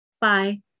Bye